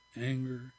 Anger